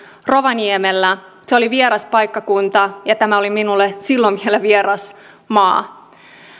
rovaniemellä se oli vieras paikkakunta ja tämä oli minulle silloin vielä vieras maa